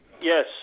Yes